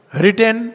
written